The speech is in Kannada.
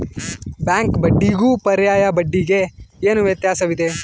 ಬ್ಯಾಂಕ್ ಬಡ್ಡಿಗೂ ಪರ್ಯಾಯ ಬಡ್ಡಿಗೆ ಏನು ವ್ಯತ್ಯಾಸವಿದೆ?